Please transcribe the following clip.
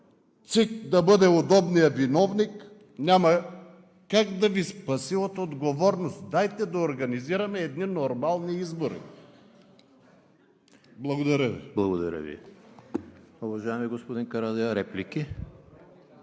ЦИК да бъде удобния виновник, няма как да Ви спаси от отговорност. Дайте да организираме едни нормални избори! Благодаря Ви.